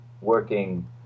working